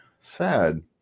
sad